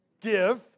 give